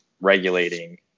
regulating